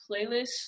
Playlist